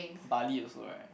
Bali also right